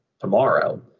tomorrow